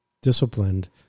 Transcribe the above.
disciplined